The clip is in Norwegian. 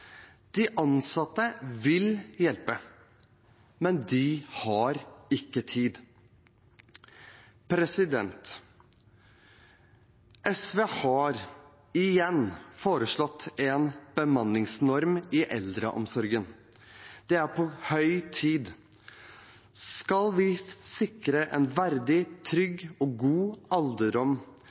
De ansatte vil hjelpe, men de har ikke tid. SV har igjen foreslått en bemanningsnorm i eldreomsorgen. Det er på høy tid. Skal vi sikre en verdig, trygg og god alderdom,